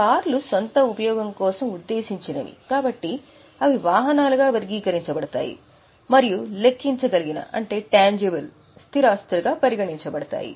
కార్లు సొంత ఉపయోగం కోసం ఉద్దేశించినవి కాబట్టి అవి వాహనాలుగా వర్గీకరించబడతాయి మరియు లెక్కించగలిగిన స్థిర ఆస్తులుగా పరిగణించబడతాయి